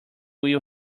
will